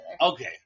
Okay